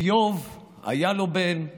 איוב היה לו בן ומת,